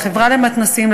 לחברה למתנ"סים,